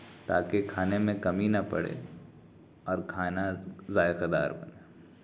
تاکہ کھانے میں کمی نہ پڑے اور کھانا ذائقہ دار بنے